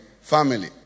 family